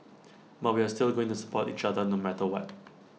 but we are still going to support each other no matter what